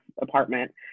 apartment